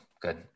Good